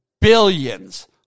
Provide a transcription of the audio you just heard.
billions